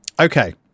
Okay